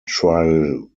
trial